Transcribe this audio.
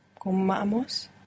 comamos